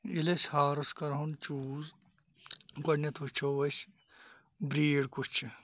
ییٚلہِ أسۍ ہارٕس کَرہون چوٗز گۄڈنٮ۪تھ وٕچھو أسۍ بریٖڈ کُس چھُ